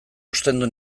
ostendu